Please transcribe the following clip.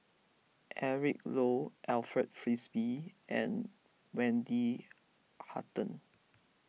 Eric Low Alfred Frisby and Wendy Hutton